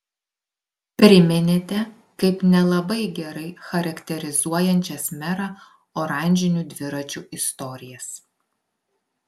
priminėte kaip nelabai gerai charakterizuojančias merą oranžinių dviračių istorijas